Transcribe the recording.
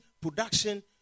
production